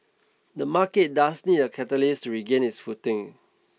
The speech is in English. the market does need a catalyst to regain its footing